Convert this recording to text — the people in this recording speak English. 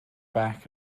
back